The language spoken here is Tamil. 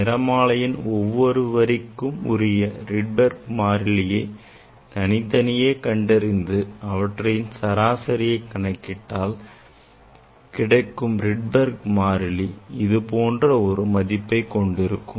நிறமாலையின் ஒவ்வொரு வரிக்கும் உரிய Rydberg மாறிலியை தனித்தனியே கண்டறிந்து அவற்றின் சராசரியை கணக்கிட்டால் கிடைக்கும் Rydberg மாறிலி இதுபோன்ற மதிப்பைக் கொண்டிருக்கும்